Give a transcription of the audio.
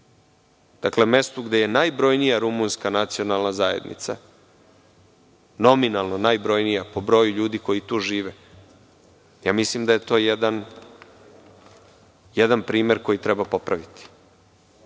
Vršcu, mestu gde je najbrojnija rumunska nacionalna zajednica, nominalno najbrojnija, po broju ljudi koji tu žive. Mislim, da je to jedan primer koji treba popraviti,